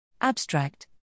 ABSTRACT